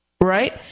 right